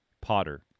Potter